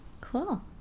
cool